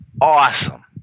awesome